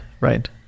right